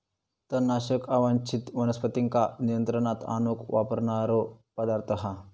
तणनाशक अवांच्छित वनस्पतींका नियंत्रणात आणूक वापरणारो पदार्थ हा